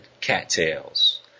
cattails